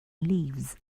leaves